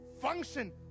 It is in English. function